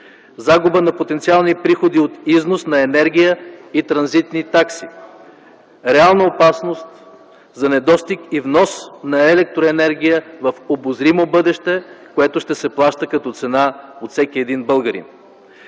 загуба на потенциални приходи от износ на енергия и транзитни такси, реална опасност за недостиг и внос на електроенергия в обозримо бъдеще, което ще се плаща като цена от всеки един българин.